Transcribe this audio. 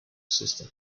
sister